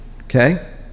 Okay